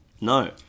No